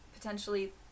potentially